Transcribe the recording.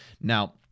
Now